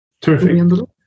Terrific